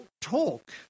talk